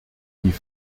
diese